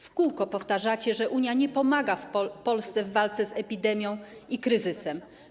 W kółko powtarzacie, że Unia nie pomaga Polsce w walce z epidemią i kryzysem.